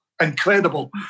incredible